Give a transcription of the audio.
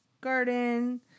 garden